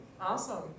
Awesome